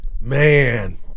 Man